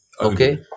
Okay